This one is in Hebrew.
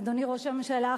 אדוני ראש הממשלה,